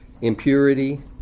impurity